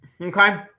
okay